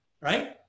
right